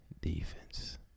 defense